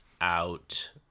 out